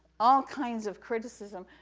all kinds of criticism.